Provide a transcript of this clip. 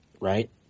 right